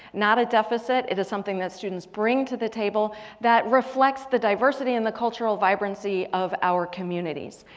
not a deficit. it is something that students bring to the table that reflects the diversity and the cultural vibrancy of our communities.